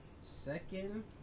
second